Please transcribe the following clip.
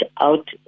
out